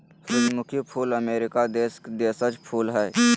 सूरजमुखी फूल अमरीका देश के देशज फूल हइ